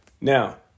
Now